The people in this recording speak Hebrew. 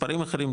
מספרים אחרים,